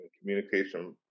Communication